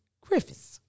Griffiths